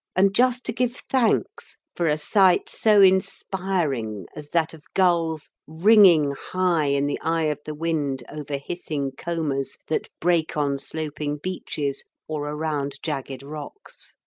and just to give thanks for a sight so inspiring as that of gulls ringing high in the eye of the wind over hissing combers that break on sloping beaches or around jagged rocks.